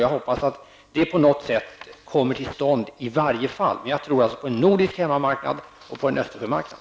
Jag hoppas att det på något sätt kan komma till stånd. Jag tror på en nordisk hemmamarknad och på en Östersjömarknad.